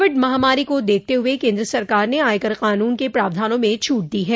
Covid महामारी को देखते हुए केन्द्र सरकार ने आयकर कानून के प्रावधानों में छूट दी है